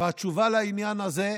והתשובה לעניין הזה: